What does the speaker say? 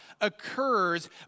occurs